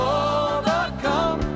overcome